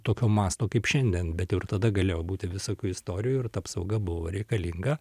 tokio masto kaip šiandien bet jau ir tada galėjo būti visokių istorijų ir ta apsauga buvo reikalinga